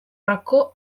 racó